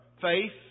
faith